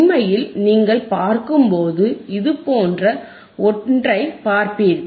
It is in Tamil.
உண்மையில் நீங்கள் பார்க்கும்போது இது போன்ற ஒன்றைக் பார்ப்பீர்கள்